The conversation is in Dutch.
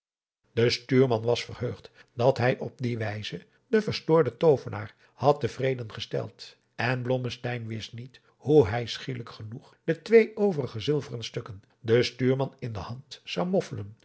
de stuurman was verheugd dat hij op die wijze den verstoorden toovenaar had te vreden gesteld en blommesteyn wist niet hoe hij schielijk genoeg de twee overige zilveren stukken den stuurman in de hand zou moffelen